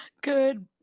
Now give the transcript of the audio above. Good